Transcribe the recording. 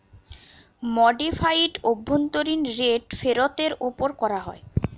modified অভ্যন্তরীন rate ফেরতের ওপর করা হয়